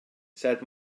said